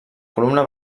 columna